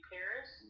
Paris